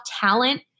talent